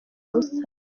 busa